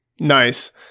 Nice